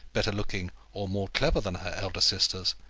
better looking, or more clever than her elder sisters,